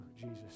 Jesus